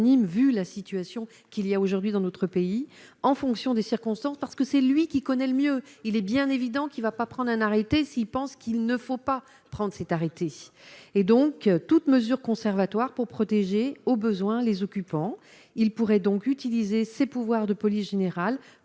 vu la situation, qu'il y a aujourd'hui dans notre pays en fonction des circonstances, parce que c'est lui qui connaît le mieux, il est bien évident qu'il va prendre un arrêté s'il pense qu'il ne faut pas prendre cet arrêté et donc toute mesure conservatoire pour protéger au besoin les occupants, il pourrait donc utiliser ses pouvoirs de police générale